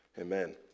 Amen